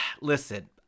Listen